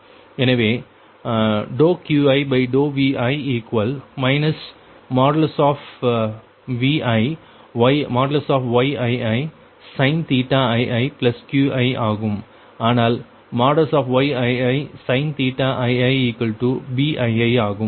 எனவே QiVi ViYiisin ii Qi ஆகும் ஆனால் Yiisin ii Bii ஆகும்